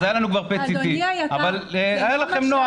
אז היה לנו כבר PET-CT אבל היה לכם נוח,